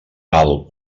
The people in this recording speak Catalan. val